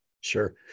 Sure